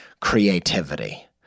creativity